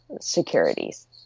securities